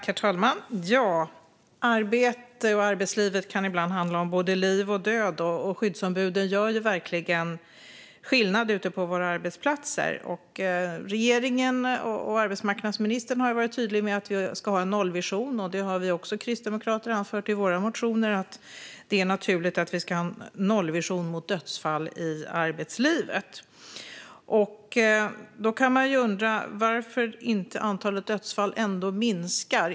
Herr talman! Arbete och arbetslivet kan ibland handla om liv och död, och skyddsombuden gör verkligen skillnad ute på våra arbetsplatser. Regeringen och arbetsmarknadsministern har varit tydliga med att vi ska ha en nollvision. Vi kristdemokrater har också anfört i våra motioner att det är naturligt att vi ska ha en nollvision när det gäller dödsfall i arbetslivet. Då kan man ju undra varför antalet dödsfall inte minskar.